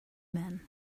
men